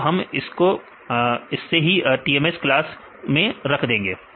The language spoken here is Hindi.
तो हम इसको से ही TMH क्लास में रख देंगे